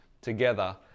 together